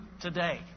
today